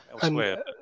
elsewhere